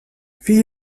wie